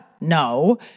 No